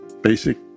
basic